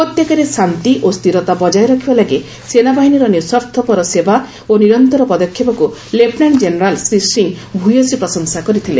ଉପତ୍ୟକାରେ ଶାନ୍ତି ଓ ସ୍ଥିରତା ବଜାୟ ରଖିବା ଲାଗି ସେନାବାହିନୀର ନିଃସ୍ୱାର୍ଥପର ସେବା ଓ ନିରନ୍ତର ପଦକ୍ଷେପକୁ ଲେଫ୍ଟନାଣ୍ଟ ଜେନେରାଲ୍ ଶ୍ରୀ ସିଂହ ଭୟସୀ ପ୍ରଶଂସା କରିଥିଲେ